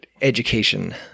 education